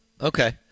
Okay